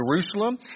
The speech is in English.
Jerusalem